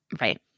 Right